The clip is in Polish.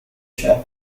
się